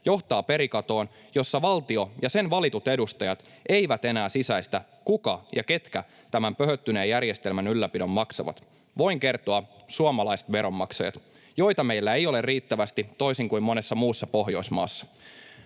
johtaa perikatoon, jossa valtio ja sen valitut edustajat eivät enää sisäistä, kuka ja ketkä tämän pöhöttyneen järjestelmän ylläpidon maksavat. Voin kertoa: suomalaiset veronmaksajat, joita meillä ei ole riittävästi, toisin kuin monessa muussa Pohjoismaassa.